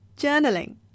Journaling